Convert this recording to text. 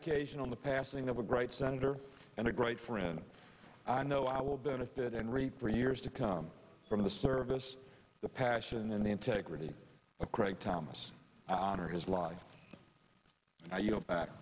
occasion on the passing of a great senator and a great friend i know i will benefit and read for years to come from the service the passion and the integrity of craig thomas i honor his life